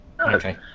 okay